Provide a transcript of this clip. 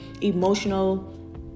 emotional